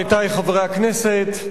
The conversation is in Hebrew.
עמיתי חברי הכנסת,